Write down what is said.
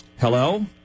Hello